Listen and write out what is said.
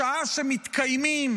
בשעה שמתקיימים